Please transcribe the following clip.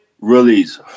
release